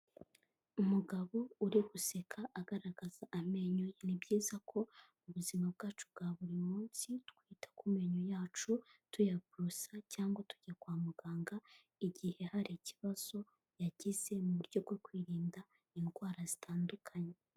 Umugabo uri guseka agaragaza amenyo ye, ni byiza ko mu ubuzima bwacu bwa buri munsi twita ku menyo yacu tuyaborosa cyangwa tujya kwa muganga, igihe hari ikibazo yagize mu buryo bwo kwirinda indwara zitandukanye.